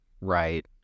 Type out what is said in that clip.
Right